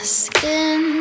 skin